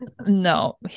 No